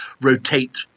rotate